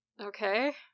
Okay